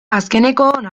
azkenekoon